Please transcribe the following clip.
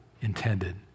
intended